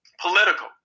political